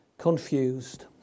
confused